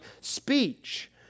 speech